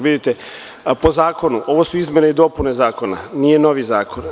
Vidite, po zakonu ovo su izmene i dopune zakona, nije novi zakon.